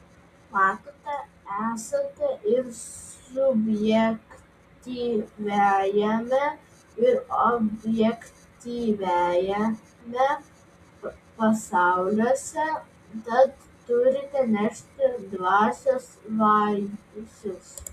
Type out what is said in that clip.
matote esate ir subjektyviajame ir objektyviajame pasauliuose tad turite nešti dvasios vaisius